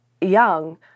young